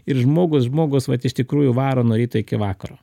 ir žmogus žmogus vat iš tikrųjų varo nuo ryto iki vakaro